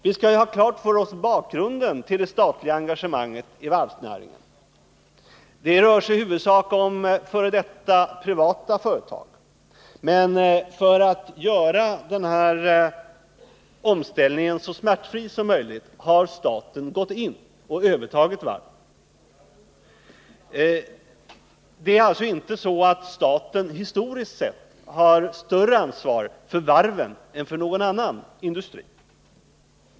Vi måste ha klart för oss bakgrunden till det statliga engagemanget i varvsnäringen. Det rör sig i huvudsak om f. d. privata företag. Men för att göra den här omställningen så smärtfri som möjligt har staten gått in och övertagit varven. Det är alltså inte så att staten historiskt sett har större ansvar för varven än för någon annan industri.